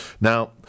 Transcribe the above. Now